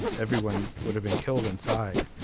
everyone would have been killed inside.